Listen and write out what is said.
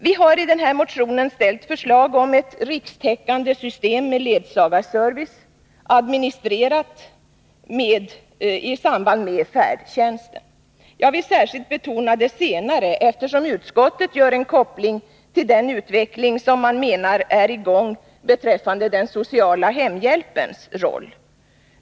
Vi har i motionen ställt förslag om ett rikstäckande system med ledsagarservice, administrativt sammankopplat med färdtjänsten. Jag vill särskilt betona det senare, eftersom utskottet gör en koppling till den utveckling som man menar är i gång beträffande den sociala hemhjälpens roll.